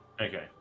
Okay